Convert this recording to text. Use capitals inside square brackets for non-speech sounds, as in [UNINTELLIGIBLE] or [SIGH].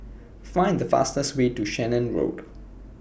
Find The fastest Way to [UNINTELLIGIBLE] Road